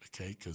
Okay